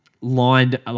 lined